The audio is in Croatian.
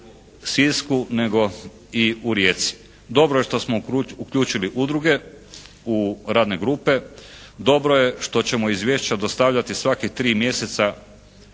Sisku nego i u Rijeci. Dobro je što smo uključili udruge u radne grupe. Dobro je što ćemo izvješća dostavljati svakih tri mjeseca